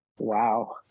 Wow